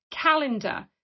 calendar